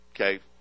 okay